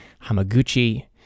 Hamaguchi